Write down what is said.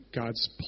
God's